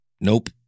Nope